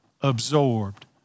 absorbed